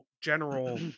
general